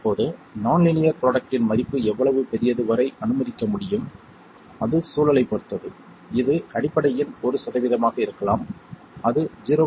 இப்போது இந்த நான் லீனியர் ப்ரோடக்ட்டின் மதிப்பு எவ்வளவு பெரியதுவரை அனுமதிக்க முடியும் அது சூழலைப் பொறுத்தது இது அடிப்படையின் ஒரு சதவீதமாக இருக்கலாம் அது 0